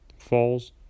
Falls